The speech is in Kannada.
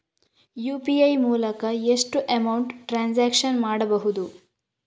ಯು.ಪಿ.ಐ ಮೂಲಕ ಎಷ್ಟು ಅಮೌಂಟ್ ಟ್ರಾನ್ಸಾಕ್ಷನ್ ಮಾಡಬಹುದು?